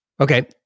Okay